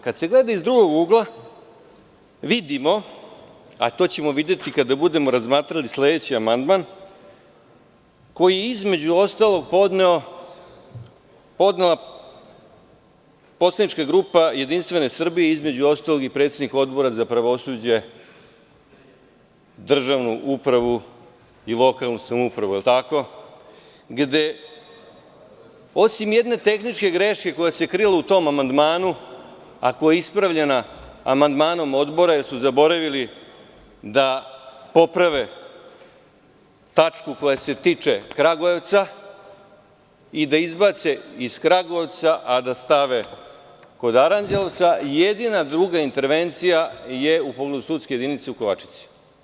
Kada se gleda iz drugog ugla vidimo, a to ćemo videti i kada budemo razmatrali sledeći amandman koji je između ostalog podnela poslanička grupa JS, između ostalog i predsednik Odbora za pravosuđe, državnu upravu i lokalnu samoupravu, gde osim jedne tehničke greške koja se krila u tom amandmanu, a koja je ispravljana amandmanom odbora jer su zaboravili da poprave tačku koja se tiče Kragujevca i da izbace iz Kragujevca a da stave kod Aranđelovca, jedina druga intervencija je u pogledu sudske jedinice u Kovačici.